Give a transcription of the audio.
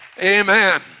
Amen